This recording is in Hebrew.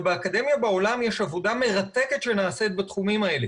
באקדמיה בעולם יש עבודה מרתקת שנעשית בתחומים האלה.